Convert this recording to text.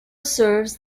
serves